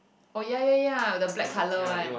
oh ya ya ya the black colour one